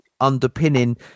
underpinning